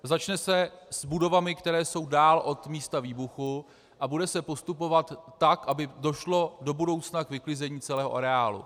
Začne se s budovami, které jsou dál od místa výbuchu, a bude se postupovat tak, aby došlo do budoucna k vyklizení celého areálu.